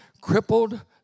Crippled